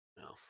No